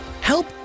help